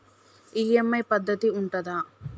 EMI పద్ధతి ఉంటదా?